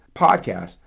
podcast